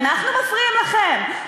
אנחנו מפריעים לכם?